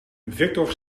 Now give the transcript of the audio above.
victor